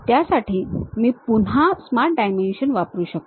त्यासाठी मी पुन्हा Smart Dimension वापरू शकतो